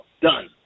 Done